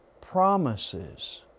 promises